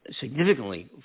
significantly